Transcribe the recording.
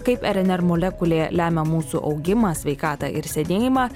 kaip rnr molekulė lemia mūsų augimą sveikatą ir sėnėjimą